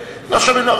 אז הוא לא אויב.